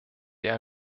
der